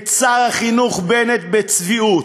את שר החינוך בנט בצביעות,